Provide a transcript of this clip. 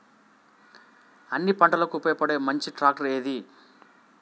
అన్ని పంటలకు ఉపయోగపడే మంచి ట్రాక్టర్ ఏది?